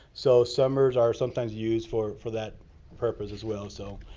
so, summers are sometimes used for for that purpose, as well. so,